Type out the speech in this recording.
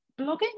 blogging